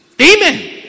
Amen